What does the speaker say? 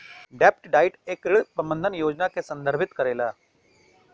डेब्ट डाइट एक ऋण प्रबंधन योजना के संदर्भित करेला